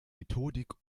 methodik